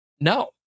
No